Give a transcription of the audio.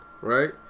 right